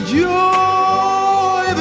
joy